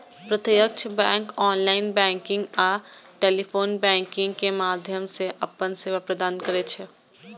प्रत्यक्ष bank online banking आ telephone banking के माध्यम सं अपन सेवा प्रदान करै छै